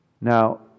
Now